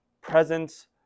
presence